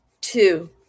two